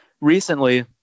recently